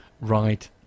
Right